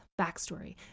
Backstory